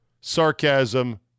sarcasm